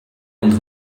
und